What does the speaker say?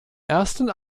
ersten